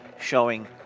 showing